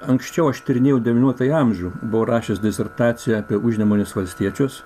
anksčiau aš tyrinėjau devynioliktąjį amžių buvo rašęs disertaciją apie užnemunės valstiečius